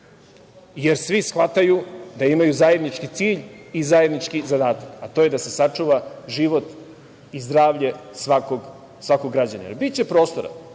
jer svi shvataju da imaju zajednički cilj i zajednički zadatak, a to je da se sačuva život i zdravlje svakog građanina. Biće prostora,